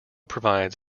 provides